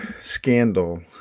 scandal